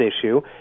issue